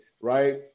right